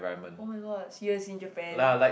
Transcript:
oh-my-god seriously in Japan